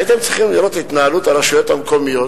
הייתם צריכים לראות את התנהלות הרשויות המקומיות,